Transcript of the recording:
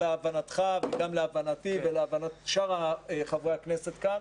להבנתך וגם להבנתי ולהבנת שאר חברי הכנסת כאן,